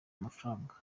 amafaranga